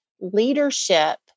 leadership